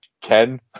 Ken